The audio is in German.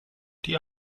die